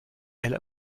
elle